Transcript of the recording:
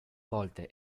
volte